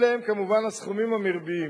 אלה הם כמובן הסכומים המרביים.